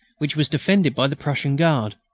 which was defended by the prussian guard.